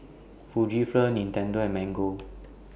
Fujifilm Nintendo and Mango